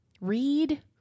Read